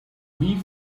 weave